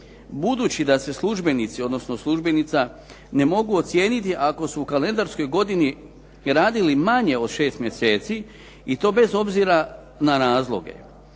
Budući da se službenici odnosno službenica ne mogu ocijeniti ako su u kalendarskoj godini radili manje od šest mjeseci i to bez obzira na razloge